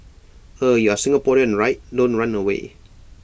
eh you're Singaporean right don't run away